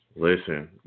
Listen